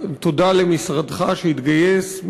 תודה למשרדך שהתגייס,